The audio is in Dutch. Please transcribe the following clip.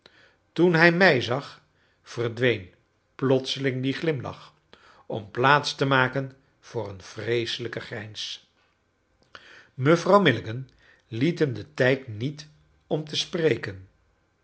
toen hij mij zag verdween plotseling die glimlach om plaats te maken voor een vreeselijken grijns mevrouw milligan liet hem den tijd niet om te spreken